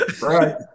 Right